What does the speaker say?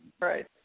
right